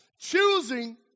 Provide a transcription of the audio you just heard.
Choosing